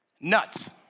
Nuts